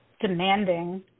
demanding